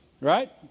Right